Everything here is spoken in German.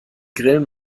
grillen